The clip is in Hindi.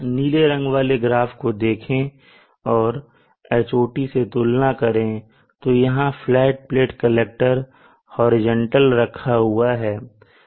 नीले रंग वाले ग्राफ को देखें और Hot से तुलना करें तो यहां फ्लैट प्लेट कलेक्टर होरिजेंटल रखा हुआ है